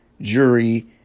jury